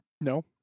No